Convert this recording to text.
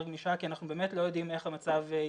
גמישה כי אנחנו באמת לא יודעים איך המצב יתקדם.